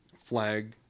flag